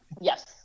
Yes